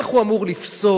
איך הוא אמור לפסוק?